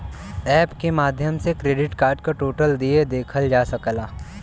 app के माध्यम से क्रेडिट कार्ड क टोटल देय देखल जा सकला